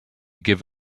give